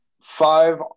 Five